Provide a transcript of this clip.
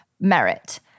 merit